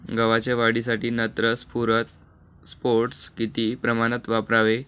गव्हाच्या वाढीसाठी नत्र, स्फुरद, पोटॅश किती प्रमाणात वापरावे?